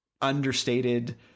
understated